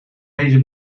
deze